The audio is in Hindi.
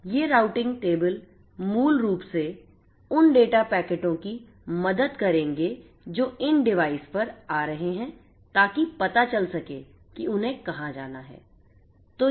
ये राउटिंग टेबल मूल रूप से उन डेटा पैकेटों की मदद करेंगे जो इन डिवाइस पर आ रहे हैं ताकि पता चल सके कि उन्हें कहां जाना है